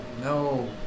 No